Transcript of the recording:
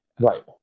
right